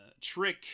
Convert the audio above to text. trick